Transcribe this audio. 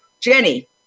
jenny